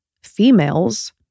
females